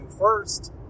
first